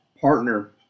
partner